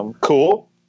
Cool